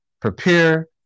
Prepare